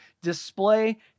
display